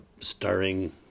starring